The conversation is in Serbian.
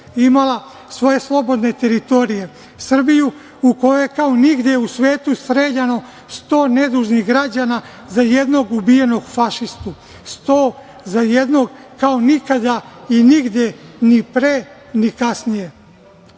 imala svoje slobodne teritorije. Srbiju u kojoj je kao nigde u svetu streljano 100 nedužnih građana za jednog ubijenog fašistu, 100 za jednog kao nikada i nigde, ni pre, ni kasnije. Ja